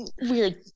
Weird